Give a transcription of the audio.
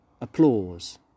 Applause